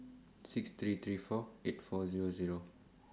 six three three four eight four Zero Zero